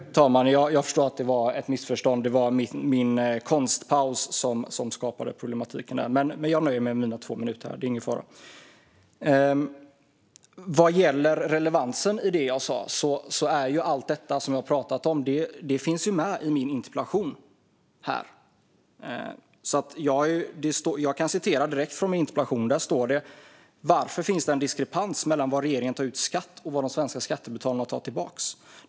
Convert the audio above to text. Fru talman! Ni får rätta mig om jag har fel, men jag blev avbruten i mitt tidigare anförande. Jag var inte klar i mitt förra anförande. Jag undrar om jag skulle få lite extra tid. Fru talman! Jag förstår att det var ett missförstånd. Det var min konstpaus som skapade problematiken. Jag nöjer mig med mina två minuters talartid. Det är ingen fara. Vad gäller relevansen i det jag sa finns allt det som jag talat om med i min interpellation. Jag kan citera direkt från min interpellation. Där står att frågan är "varför det finns en diskrepans mellan vad regeringen tar ut i skatt och vad de svenska skattebetalarna får tillbaka.